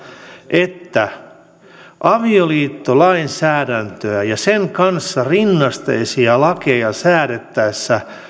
että avioliittolainsäädäntöä ja sen kanssa rinnasteisia lakeja säädettäessä